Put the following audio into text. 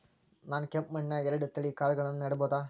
ನಾನ್ ಕೆಂಪ್ ಮಣ್ಣನ್ಯಾಗ್ ಎರಡ್ ತಳಿ ಕಾಳ್ಗಳನ್ನು ನೆಡಬೋದ?